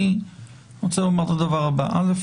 אני רוצה לומר את הדבר הבא: ראשית,